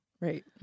Right